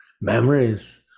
Memories